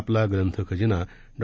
आपला ग्रंथ खजिना डॉ